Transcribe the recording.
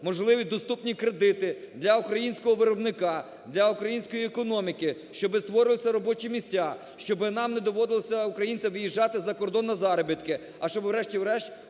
можливі доступні кредити для українського виробника, для української економіки, щоб створювалися робочі місця, щоб нам не доводилося, українцям виїжджати закордон на заробітки, а щоб врешті-решт